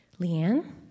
Leanne